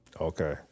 Okay